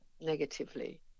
negatively